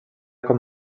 com